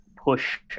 push